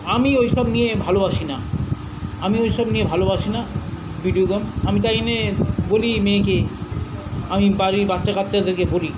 আমি ওইসব নিয়ে ভালোবাসি না আমি ওইসব নিয়ে ভালোবাসি না ভিডিও গেম আমি তাই জন্যে বলি মেয়েকে আমি বাড়ির বাচ্চা কাচ্চাদেরকে বলি